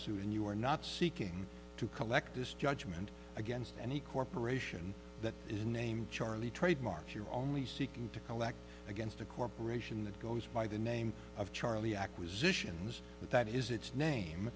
suit and you are not seeking to collect this judgment against any corporation that is named charlie trademarks your only seeking to collect against a corporation that goes by the name of charlie acquisitions that is its name